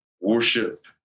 worship